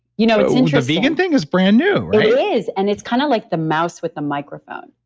you know the vegan thing is brand new, right? it is. and it's kind of like the mouse with the microphone.